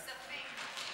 כספים.